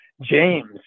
James